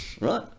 right